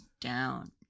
down